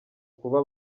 kuba